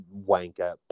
wanker